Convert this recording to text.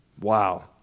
Wow